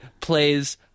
plays